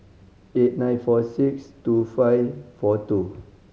eight nine four six two five four two